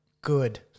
good